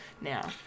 now